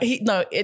No